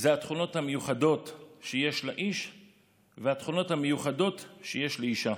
אלו התכונות המיוחדות שיש לאיש והתכונות המיוחדות שיש לאישה.